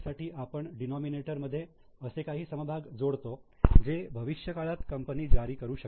साठी आपण डीनोमिनेटर मध्ये असे काही समभाग जोडतो जे भविष्यकाळात कंपनी जारी करू शकते